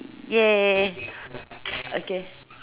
!yay! okay